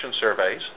surveys